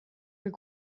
were